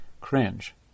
cringe